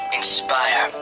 inspire